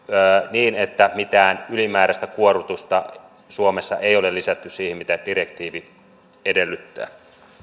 niin että mitään ylimääräistä kuorrutusta suomessa ei ole lisätty siihen mitä direktiivi edellyttää